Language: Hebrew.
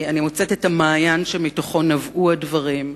אני מוצאת את המעיין שמתוכו נבעו הדברים.